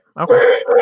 Okay